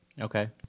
Okay